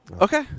Okay